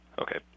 okay